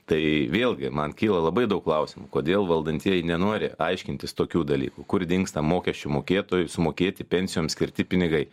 tai vėlgi man kyla labai daug klausimų kodėl valdantieji nenori aiškintis tokių dalykų kur dingsta mokesčių mokėtojų sumokėti pensijoms skirti pinigai